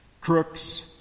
crooks